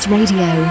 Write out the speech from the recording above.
Radio